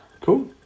Cool